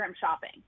shopping